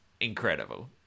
incredible